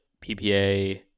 PPA